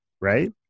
Right